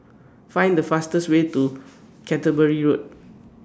Find The fastest Way to Canterbury Road